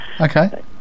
Okay